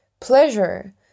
pleasure